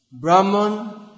Brahman